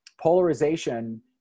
Polarization